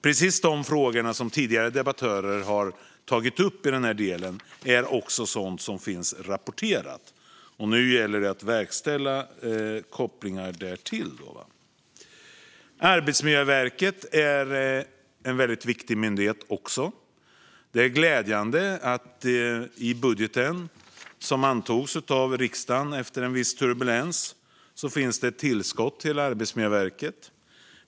Precis de frågor som tidigare debattörer har tagit upp i den här delen är också sådant som finns rapporterat. Nu gäller det att verkställa kopplingar därtill. Arbetsmiljöverket är också en väldigt viktig myndighet. Det är glädjande att det i budgeten som antogs av riksdagen efter en viss turbulens finns ett tillskott till Arbetsmiljöverket.